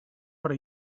hora